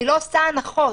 אני לא עושה הנחות.